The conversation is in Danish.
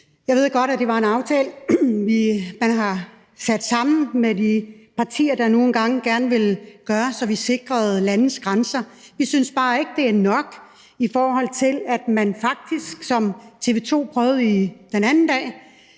Jeg ved godt, at det var en aftale, man har sat sammen med de partier, der nu engang gerne vil gøre noget, så vi sikrer landets grænser. Vi synes bare ikke, det er nok i forhold til det, som TV 2 faktisk prøvede den anden dag,